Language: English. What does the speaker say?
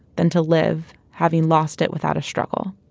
than to live. having lost it without a struggle.